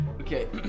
Okay